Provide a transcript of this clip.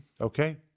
Okay